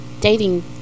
Dating